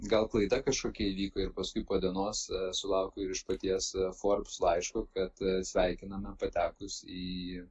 gal klaida kažkokia įvyko ir paskui po dienos sulaukiu ir iš paties forbes laiško kad sveikiname patekus į